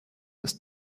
ist